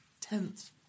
Tenth